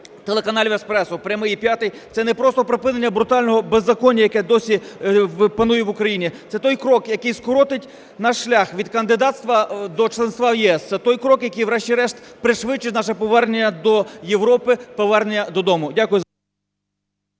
телеканалів "Еспресо", "Прямий" і "5" – це не просто припинення брутального беззаконня, яке досі панує в Україні, це той крок, який скоротить наш шлях від кандидатства до членства в ЄС, це той крок, який врешті-решт пришвидшить наше повернення до Європи, повернення додому. Дякую. Веде